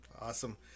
Awesome